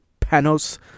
Panos